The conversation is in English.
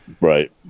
Right